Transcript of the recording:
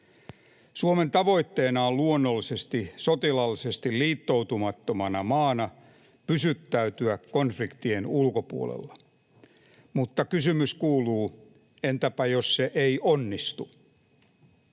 Suomen tavoitteena on luonnollisesti, sotilaallisesti liittoutumattomana maana, pysyttäytyä konfliktien ulkopuolella, mutta kysymys kuuluu: entäpä jos se ei onnistu?